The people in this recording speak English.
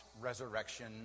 resurrection